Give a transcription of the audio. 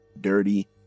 Dirty